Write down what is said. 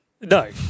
No